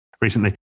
recently